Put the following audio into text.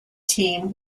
team